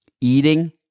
eating